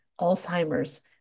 Alzheimer's